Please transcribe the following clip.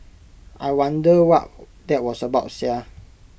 I wonder what that was about Sia